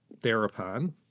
Thereupon